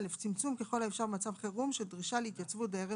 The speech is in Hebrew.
(א)צמצום ככל האפשר במצב חירום של דרישה להתייצבות דיירי